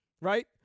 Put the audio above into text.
right